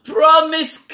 Promise